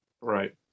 right